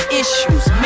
issues